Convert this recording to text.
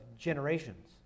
generations